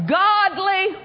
godly